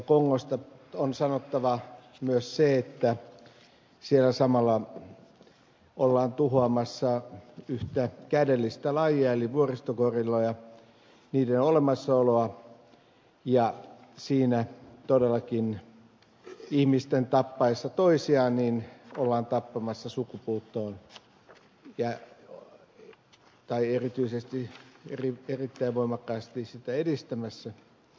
kongosta on sanottava myös se että siellä samalla ollaan tuhoamassa yhtä kädellistä lajia eli vuoristogorilloja niiden olemassaoloa ja siinä todellakin ihmisten tappaessa toisiaan ollaan tappamassa sukupuuttoon vuoristogorilloja tai erittäin voimakkaasti tätä edistämässä